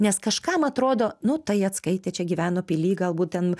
nes kažkam atrodo nu tai atskaitė čia gyveno pily galbūt ten